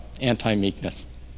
anti-meekness